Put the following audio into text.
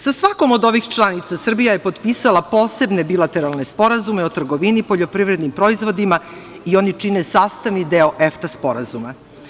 Sa svakom od ovih članica Srbija je potpisala posebne bilateralne sporazume o trgovini poljoprivrednim proizvodima i oni čine sastavni deo EFTA sporazuma.